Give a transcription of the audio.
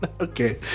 okay